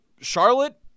Charlotte